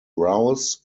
rouse